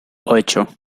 ocho